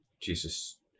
Jesus